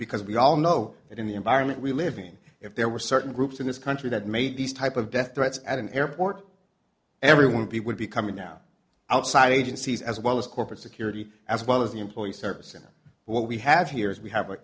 because we all know that in the environment we live in if there were certain groups in this country that made these type of death threats at an airport everyone pee would be coming down outside agencies as well as corporate security as well as the employee service and what we have here is we have a